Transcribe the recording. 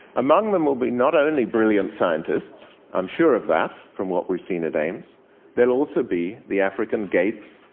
among them will be not only brilliant scientists i'm sure of that from what we've seen at aims they'll also be the african gates,